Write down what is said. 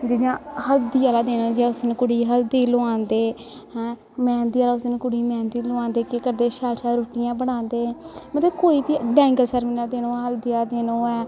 जि'यां हल्दी आह्ला दिन जिस दिन कुड़ी गी हल्दी लुआंदे हैं मैंह्दी जिस दिन कुड़ी गी मैंह्दी लुआंदे केह् करदे शैल शैल रुट्टियां बनांदे मतलब कोई बी बैंगल सैरमनी आह्ला दिन होऐ हल्दी आह्ला दिन होऐ